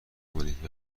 بمانید